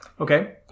Okay